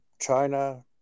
China